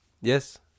Yes